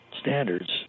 standards